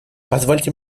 позвольте